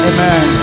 Amen